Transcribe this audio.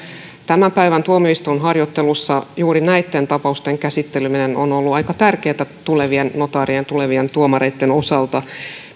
tämän päivän tuomioistuinharjoittelussa juuri näitten tapausten käsitteleminen on ollut aika tärkeätä tulevien notaarien tulevien tuomareitten kannalta